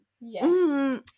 yes